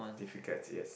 difficult yes